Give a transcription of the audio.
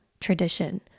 tradition